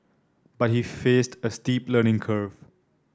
but he faced a steep learning curve